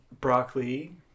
Broccoli